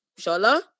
Shola